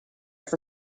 for